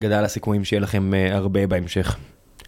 גדל הסיכויים שיהיה לכם הרבה בהמשך.